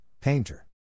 Painter